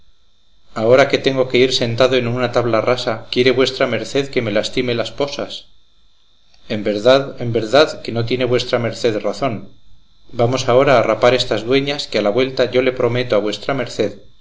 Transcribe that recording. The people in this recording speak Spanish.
ahora que tengo de ir sentado en una tabla rasa quiere vuestra merced que me lastime las posas en verdad en verdad que no tiene vuestra merced razón vamos ahora a rapar estas dueñas que a la vuelta yo le prometo a vuestra merced